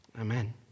Amen